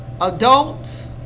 adults